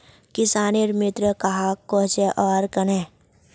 किसानेर मित्र कहाक कोहचे आर कन्हे?